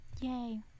Yay